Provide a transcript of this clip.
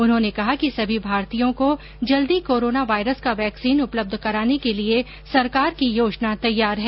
उन्होंने कहा कि सभी भारतीयों को जल्दी कोरोना वायरस का वैक्सीन उपलब्ध कराने के लिए सरकार की योजना तैयार है